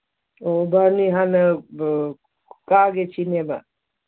ꯑꯣ ꯕꯥꯔꯨꯅꯤ ꯍꯥꯟꯅ ꯀꯥꯒꯦ ꯁꯤꯅꯦꯕ